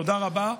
תודה רבה.